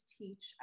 teach